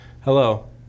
Hello